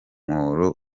muhoro